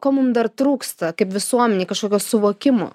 ko mums dar trūksta kaip visuomenei kažkokio suvokimo